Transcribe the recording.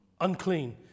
unclean